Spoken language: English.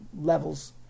levels